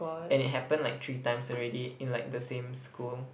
and it happened like three times already in like the same school